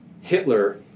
Hitler